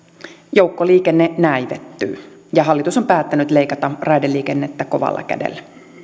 joukkoliikenne näivettyy ja hallitus on päättänyt leikata raideliikennettä kovalla kädellä